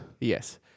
Yes